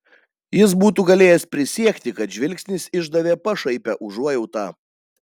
jis būtų galėjęs prisiekti kad žvilgsnis išdavė pašaipią užuojautą